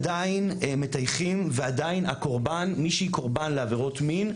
עדיין מטייחים ועדיין מי שהיא קורבן לעבירות מין,